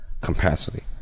capacity